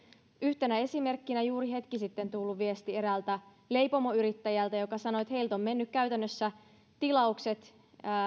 yhtenä esimerkkinä on juuri hetki sitten tullut viesti eräältä leipomoyrittäjältä joka sanoi että heiltä on mennyt tilaukset käytännössä